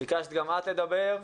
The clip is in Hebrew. ביקשת גם את לדבר.